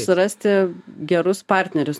surasti gerus partnerius